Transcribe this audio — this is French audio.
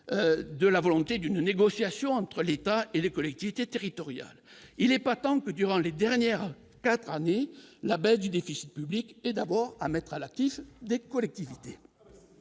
de la volonté d'une négociation entre l'État et les collectivités territoriales, il n'est pas tant que durant les dernières 4 années, la baisse du déficit public et d'abord à mettre à l'actif des collectivités